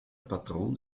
patron